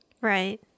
right